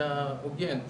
אלא הוגן,